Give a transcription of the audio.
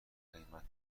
هنرمندم